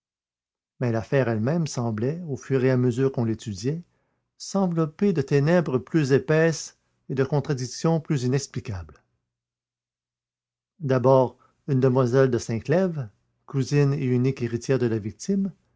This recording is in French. mais l'affaire elle-même semblait au fur et à mesure qu'on l'étudiait s'envelopper de ténèbres plus épaisses et de contradictions plus inexplicables d'abord une demoiselle de sinclèves cousine et unique héritière de la victime